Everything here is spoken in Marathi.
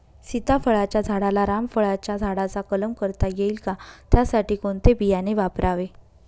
सीताफळाच्या झाडाला रामफळाच्या झाडाचा कलम करता येईल का, त्यासाठी कोणते बियाणे वापरावे?